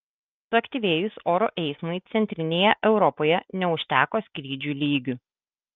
suaktyvėjus oro eismui centrinėje europoje neužteko skrydžių lygių